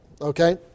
okay